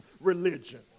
religion